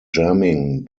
jamming